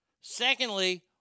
Secondly